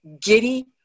giddy